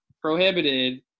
prohibited